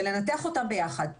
לנתח אותם ביחד,